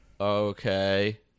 okay